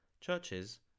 churches